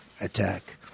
attack